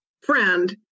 friend